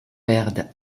perdent